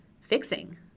fixing